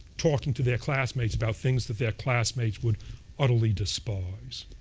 talking to their classmates about things that their classmates would utterly despise.